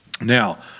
Now